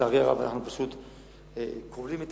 לצערי הרב, אנחנו פשוט כובלים את